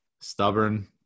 stubborn